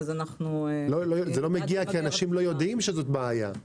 לא מגיע כי אנשים לא יודעים שזאת בעיה.